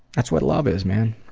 that's what love is, man.